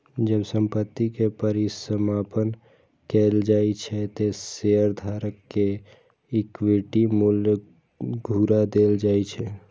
जब संपत्ति के परिसमापन कैल जाइ छै, ते शेयरधारक कें इक्विटी मूल्य घुरा देल जाइ छै